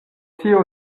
tio